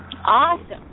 awesome